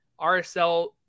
RSL